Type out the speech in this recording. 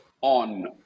on